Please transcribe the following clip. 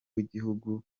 w’igihugu